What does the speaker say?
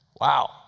Wow